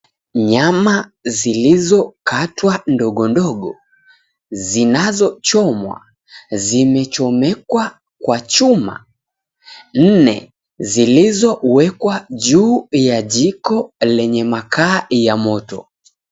Nyama zilizokatwa ndogondogo zinazochomwa zimechomekwa kwa chuma nne zilizowekwa juu ya jiko lenye makaa ya moto.